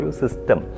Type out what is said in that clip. system